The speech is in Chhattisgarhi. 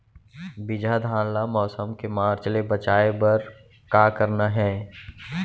बिजहा धान ला मौसम के मार्च ले बचाए बर का करना है?